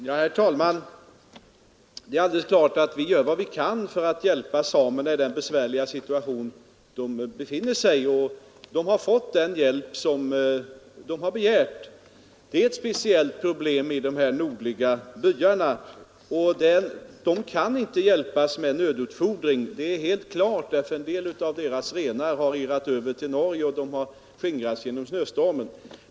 Herr talman! Det är alldeles klart att vi gör vad vi kan för att hjälpa samerna i deras besvärliga situation. De har fått den hjälp de har begärt. Det är ett speciellt problem i de här nordliga byarna. Nödutfodring är till ingen hjälp, det är helt klart. En del av deras renar har irrat över till Norge och har skingrats genom snöstormen.